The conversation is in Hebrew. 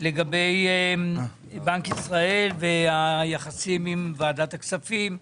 לגבי בנק ישראל והיחסים עם ועדת הכספים,